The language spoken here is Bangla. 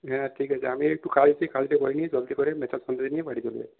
হ্যাঁ ঠিক আছে আমি একটু কাজ আছে কাজটা করে নিয়ে জলদি করে মেচা সন্দেশ নিয়ে বাড়ি চলে যাচ্ছি